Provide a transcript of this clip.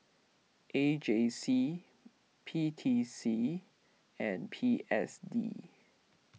A J C P T C and P S D